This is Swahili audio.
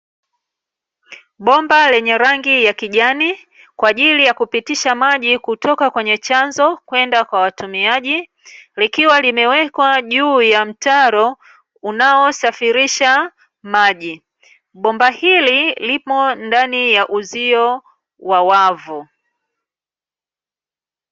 Bomba lenye rangi ya kijani, kwa ajili ya kupitisha maji kutoka kwenye chanzo, kwenda kwa watumiaji, likiwa limewekwa juu ya mtaro, unaosafirisha maji. Bomba hili limo ndani ya uzio wa wavu.